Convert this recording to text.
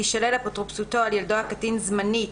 תישלל אפוטרופסותו על ילדו הקטין זמנית